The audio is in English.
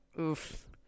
Oof